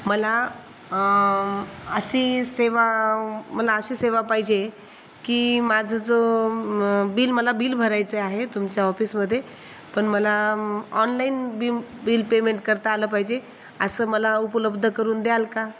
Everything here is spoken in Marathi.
मला अशी सेवा मला अशी सेवा पाहिजे की माझं जो बिल मला बिल भरायचं आहे तुमच्या ऑफिसमध्ये पण मला ऑनलाईन बीम बिल पेमेंट करता आलं पाहिजे असं मला उपलब्ध करून द्याल का